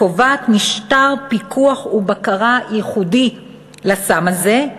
קובעת משטר פיקוח ובקרה ייחודי לסם הזה,